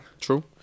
True